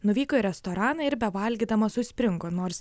nuvyko į restoraną ir bevalgydamas užspringo nors